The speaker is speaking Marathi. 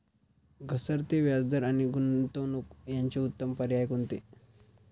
घसरते व्याजदर आणि गुंतवणूक याचे उत्तम पर्याय कोणते?